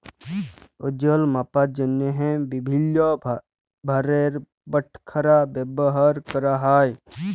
ওজল মাপার জ্যনহে বিভিল্ল্য ভারের বাটখারা ব্যাভার ক্যরা হ্যয়